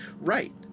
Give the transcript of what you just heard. right